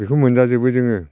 बेखौ मोनजाजोबो जोङो